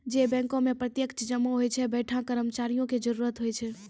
जै बैंको मे प्रत्यक्ष जमा होय छै वैंठा कर्मचारियो के जरुरत होय छै